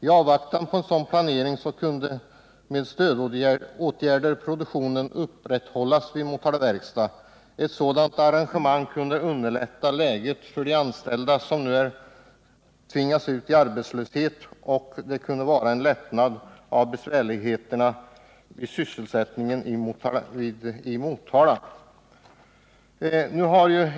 I avvaktan på en planering i den riktningen skulle produktionen vid Motala Verkstad kunna upprätthållas med stödåtgärder. Ett sådant arrangemang skulle kunna underlätta situationen för de anställda som nu tvingas ut i arbetslöshet, och det skulle också kunna utgöra en lättnad i det besvärliga sysselsättningsläget i Motala.